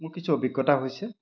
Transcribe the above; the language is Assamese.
মোৰ কিছু অভিজ্ঞতা হৈছে